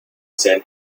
send